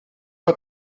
pas